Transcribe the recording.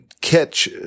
catch